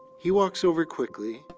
he walks over quickly,